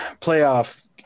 playoff